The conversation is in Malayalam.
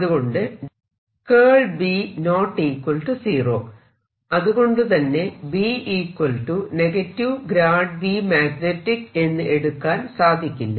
അതുകൊണ്ട് അതുകൊണ്ട് തന്നെ B Vmag എന്ന് എടുക്കാൻ സാധിക്കില്ല